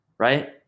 right